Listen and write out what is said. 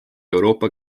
euroopa